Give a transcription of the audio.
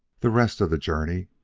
the rest of the journey,